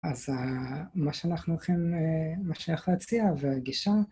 אז מה שאנחנו הולכים, מה שייך להציע והגישה.